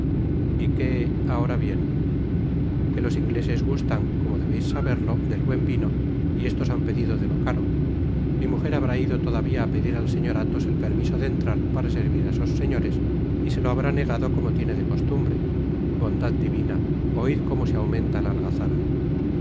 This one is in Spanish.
y qué ahora bien que los ingleses gustan como debeis saberlo del buen vino y estos han pedido de lo caro mi mujer habrá ido todavía á pedir al señor athos el permiso de entrar para servir á esos beñores y se lo habrá negado como tiene de costumbre bondad divina oid como se aumenta la